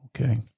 okay